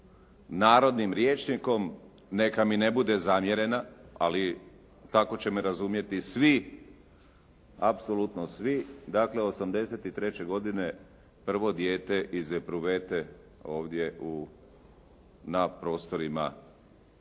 narodnim rječnikom neka mi ne bude zamjerena, ali tako će me razumjeti svi, apsolutno svi. Dakle 1983. godine prvo dijete iz epruvete ovdje u, na prostorima Hrvatske